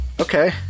Okay